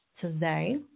today